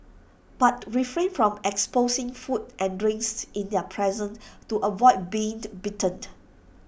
but refrain from exposing food and drinks in their presence to avoid being bitten